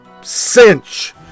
Cinch